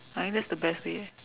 I mean that's the best way eh